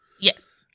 Yes